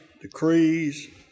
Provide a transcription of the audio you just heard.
decrees